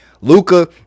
luca